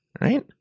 right